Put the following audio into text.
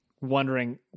wondering